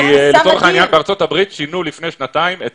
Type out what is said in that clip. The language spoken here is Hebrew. לצורך העניין בארצות הברית שינו לפני שנתיים את